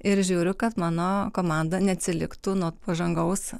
ir žiūriu kad mano komanda neatsiliktų nuo pažangaus